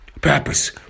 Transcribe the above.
purpose